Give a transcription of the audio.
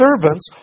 servants